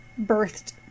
birthed